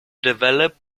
develop